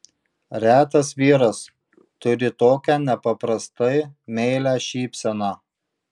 retas vyras turi tokią nepaprastai meilią šypseną